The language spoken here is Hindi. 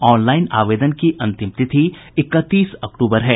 ऑनलाइन आवेदन की अंतिम तिथि इकतीस अक्टूबर है